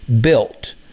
built